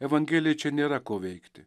evangelijai čia nėra ko veikti